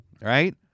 right